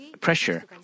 pressure